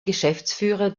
geschäftsführer